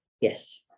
yes